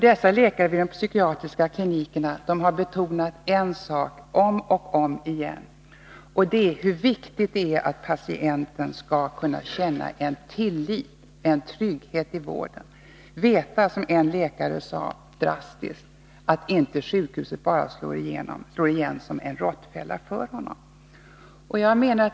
Dessa läkare vid de psykiatriska klinikerna har betonat en sak om och om igen, nämligen hur viktigt det är att patienten skall kunna känna en tillit, en trygghet i vården. Han skall veta, som en läkare drastiskt sade, att inte sjukhuset bara slår igen som en råttfälla omkring honom.